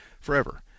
forever